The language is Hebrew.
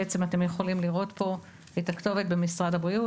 בעצם אתם יכולים לראות פה את הכתובת במשרד הבריאות.